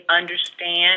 understand